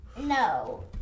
No